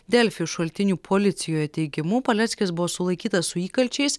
delfi šaltinių policijoje teigimu paleckis buvo sulaikytas su įkalčiais